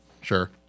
Sure